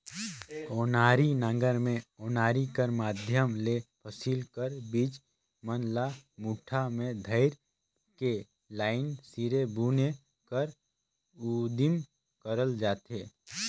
ओनारी नांगर मे ओनारी कर माध्यम ले फसिल कर बीज मन ल मुठा मे धइर के लाईन सिरे बुने कर उदिम करल जाथे